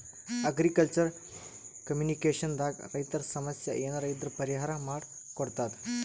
agriculture communication ದಾಗ್ ರೈತರ್ ಸಮಸ್ಯ ಏನರೇ ಇದ್ರ್ ಪರಿಹಾರ್ ಮಾಡ್ ಕೊಡ್ತದ್